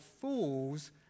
fools